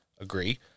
agree